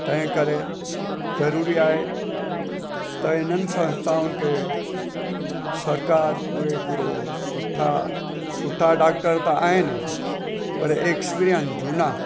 तंहिं करे ज़रूरी आहे त इन्हनि संस्थाउनि खे सरकारि पूरे पूरो सुठा सुठा डॉक्टर त आहिनि पर एक्सपीरियन झूना